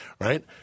right